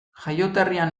jaioterrian